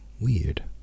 weird